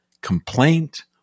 complaint